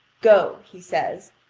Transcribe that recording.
go, he says,